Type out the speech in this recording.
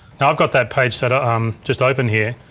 and i've got that page so but um just open here.